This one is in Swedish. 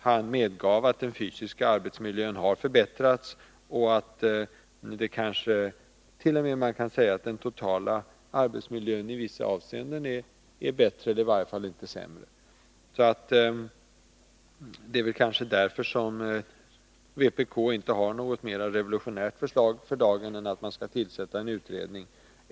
Han medgav att den fysiska arbetsmiljön har förbättrats och att man kanske t.o.m. kan säga att den totala arbetsmiljön i vissa avseenden är bättre eller i varje fall inte sämre. Det är kanske därför som vpk inte har något mer revolutionärt förslag för dagen än att det skall tillsättas en utredning.